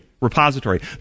repository